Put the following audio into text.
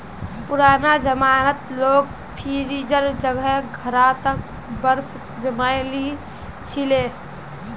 पुराना जमानात लोग फ्रिजेर जगह घड़ा त बर्फ जमइ ली छि ले